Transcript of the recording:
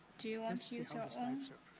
to use your so and so